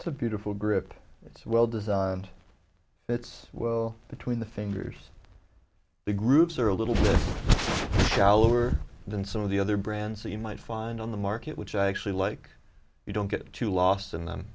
it's a beautiful grip it's well designed it's well between the fingers the groups are a little bit shallower than some of the other brands so you might find on the market which i actually like you don't get to last and then